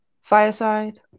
Fireside